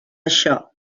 això